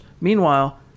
Meanwhile